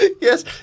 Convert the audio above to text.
Yes